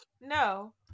no